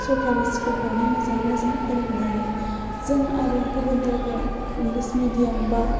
सोरखारि स्खुलफ्रावनो मोजाङैनो मोजां फोरोंनो हायो जों आरो गुबुन जायगायाव इंलिस मिदियाम बा